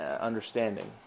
understanding